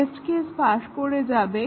test case pass করে যাবে